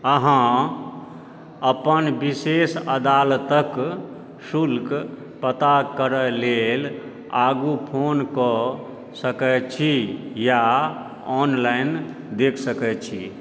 अहाँ अपन विशेष अदालतक शुल्क पता करय लेल आगूँ फोनकऽ सकैत छी या ऑनलाइन देख सकैत छी